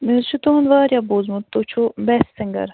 مےٚ حظ چھِ تُہُنٛد واریاہ بوٗزمُت تُہۍ چھُو بیسٹ سِنٛگَر